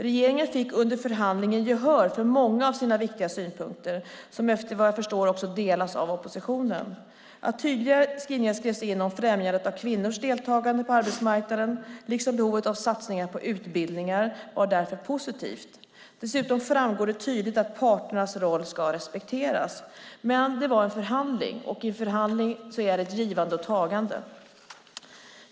Regeringen fick under förhandlingen gehör för många av sina viktiga synpunkter som efter vad jag förstår också delas av oppositionen. Att tydliga skrivningar skrevs in om främjandet av kvinnors deltagande på arbetsmarknaden liksom behovet av satsningar på utbildningar var därför positivt. Dessutom framgår det tydligt att parternas roll ska respekteras. Men det var en förhandling, och i en förhandling är det ett givande och tagande.